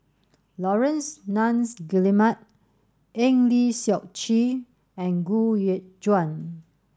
Laurence Nunns Guillemard Eng Lee Seok Chee and Gu Juan